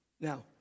Now